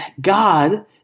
God